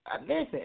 listen